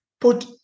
put